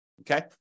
okay